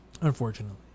unfortunately